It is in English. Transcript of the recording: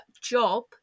job